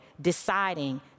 deciding